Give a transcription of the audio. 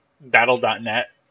battle.net